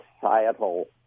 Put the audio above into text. societal